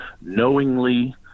knowingly